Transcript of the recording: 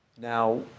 Now